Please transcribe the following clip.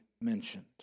mentioned